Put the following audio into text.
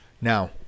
Now